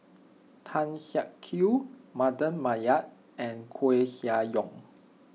Tan Siak Kew Mardan Mamat and Koeh Sia Yong